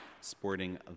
sporting